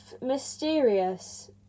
mysterious